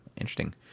interesting